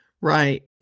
Right